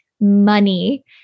money